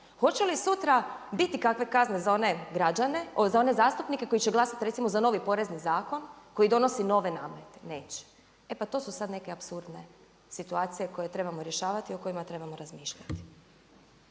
hoće li sutra biti kakve kazne za one zastupnike koji će glasati recimo za novi porezni zakon koji donosi nove namete? Neće. E pa to su sad neke apsurdne situacije koje trebamo rješavati i o kojima trebamo razmišljati.